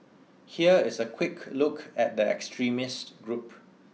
here is a quick look at the extremist group